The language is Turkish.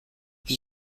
bir